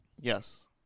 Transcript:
Yes